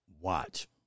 watch